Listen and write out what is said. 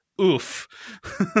oof